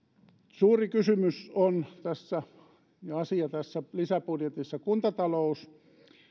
suuri kysymys ja asia tässä lisäbudjetissa on kuntatalous